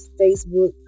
Facebook